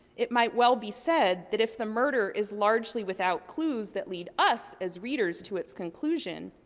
it might well be said that if the murder is largely without clues that lead us, as readers, to its conclusion,